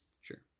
Sure